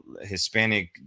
hispanic